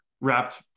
wrapped